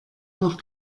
noch